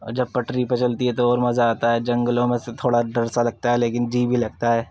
اور جب پٹری پہ چلتی ہے تو اور مزہ آتا ہے جنگلوں میں سے تھوڑا ڈر سا لگتا ہے لیکن جی بھی لگتا ہے